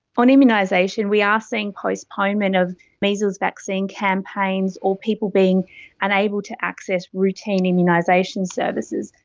on immunisation, we are seeing postponement of measles vaccine campaigns or people being unable to access routine immunisation services.